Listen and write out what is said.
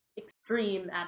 extreme